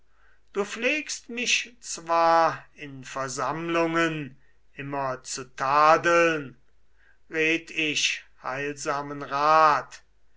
du pflegst mich zwar in versammlungen immer zu tadeln red ich heilsamen rat